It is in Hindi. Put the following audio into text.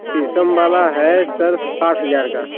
शीशम वाला है सर आठ हज़ार का